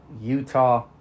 Utah